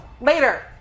Later